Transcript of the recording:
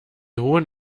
hohen